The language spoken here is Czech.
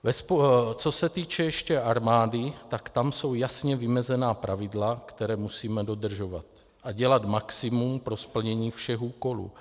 Ještě co se týče armády, tak tam jsou jasně vymezená pravidla, která musíme dodržovat a dělat maximum pro splnění všech úkolů.